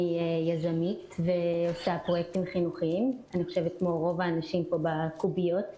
אני יזמית ועושה פרויקטים חינוכיים כמו רוב האנשים פה בקוביות.